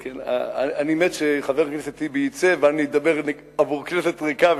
אני מת שחבר הכנסת טיבי יצא ואני אדבר לכנסת ריקה,